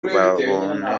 babone